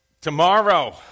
tomorrow